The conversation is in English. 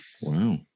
Wow